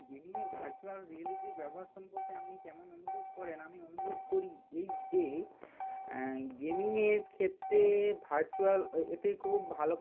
গেমিংয়ে virtual রিয়েলিটির ব্যবহার সম্পর্কে আপনি কেমন অনুভব করেন আমি অনুভব করি এই যে গেমিংয়ের ক্ষেত্রে ভার্চুয়াল এতে খুব ভালো